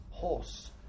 Horse